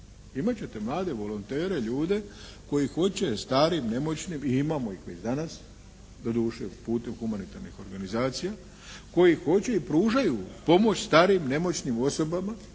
Imati ćete mlade volontere, ljude koji hoće starim, nemoćnim i imamo ih već danas, doduše putem humanitarnih organizacija, koji hoće i pružaju pomoć starijim nemoćnim osobama